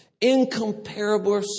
incomparable